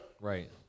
Right